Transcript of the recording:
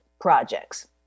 projects